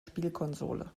spielkonsole